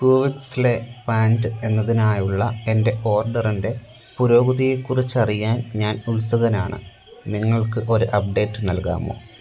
കൂവിക്സിലെ pant എന്നതിനായുള്ള എന്റെ ഓർഡറിന്റെ പുരോഗതിയെ കുറിച്ചറിയാൻ ഞാൻ ഉത്സുകനാണ് നിങ്ങൾക്ക് ഒര് അപ്ഡേറ്റ് നൽകാമോ